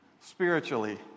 spiritually